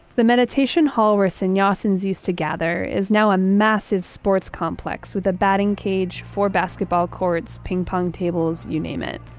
the meditation hall where sannyasins used to gather is now a massive sports complex with a batting cage, four basketball courts, ping pong tables, you name it.